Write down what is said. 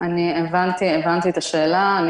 הבנתי את השאלה.